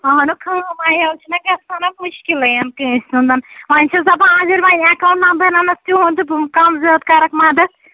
اَہَنُو خام عیال چھُنا گژھان آز مُشکِلٕے کٲنٛسہِ ہُنٛد وۄنۍ چھَس دپان آگر وۅنۍ ایٚکاوُنٛٹ نَمبر انکھ تِہُنٛد تہٕ کَم زیادٕ کَرَکھ مَدد